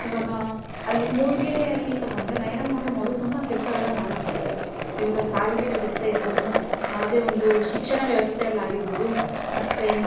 ಇವಾಗ ಅಲ್ಲಿ ಮೂಡ್ಗೆರೆಯಲ್ಲಿ ತಗೊಂಡರೆ ನಯನ ಮೋಟಮ್ ಅವರು ತುಂಬ ಕೆಲ್ಸಗಳನ್ನ ಮಾಡ್ಸತ್ತಾ ಇದ್ದಾರೆ ಇವಾಗ ಸಾರಿಗೆ ವ್ಯವಸ್ಥೆ ಇರ್ಬೌದು ಯಾವುದೇ ಒಂದು ಶಿಕ್ಷಣ ವ್ಯವಸ್ಥೆಯಲ್ಲಿ ಆಗಿರ್ಬೌದು ಮತ್ತು